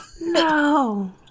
No